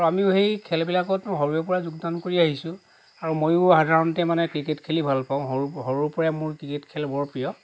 আৰু আমিও সেই খেলবিলাকত সৰুৰে পৰা যোগদান কৰি আহিছোঁ আৰু ময়ো সাধাৰণতে মানে ক্ৰিকেট খেলি ভাল পাওঁ সৰু সৰুৰে পৰা মোৰ ক্ৰিকেট খেল বৰ প্ৰিয়